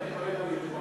חברי חברי הכנסת,